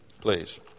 please